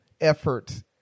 effort